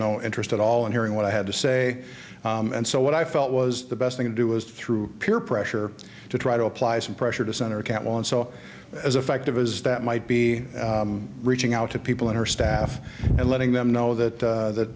no interest at all in hearing what i had to say and so what i felt was the best thing to do was through peer pressure to try to apply some pressure to center account on so as effective as that might be reaching out to people in her staff and letting them know that that